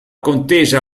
contesa